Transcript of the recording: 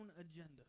agenda